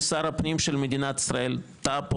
שר הפנים של מדינת ישראל טעה פה,